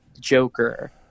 joker